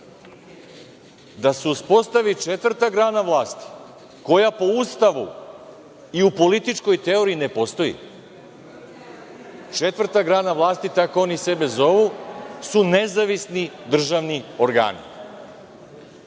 da se uspostavi četvrta grana vlasti koja po Ustavu i u političkoj teoriji ne postoji. Četvrta grana vlasti, tako oni sebe zovu, su nezavisni državni organi.